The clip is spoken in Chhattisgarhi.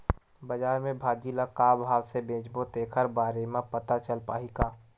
बजार में भाजी ल का भाव से बेचबो तेखर बारे में पता चल पाही का?